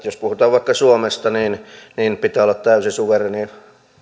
jos puhutaan vaikka suomesta niin niin pitää olla täysi